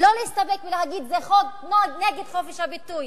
ולא להסתפק ולהגיד: זה חוק נגד חופש הביטוי,